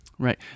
Right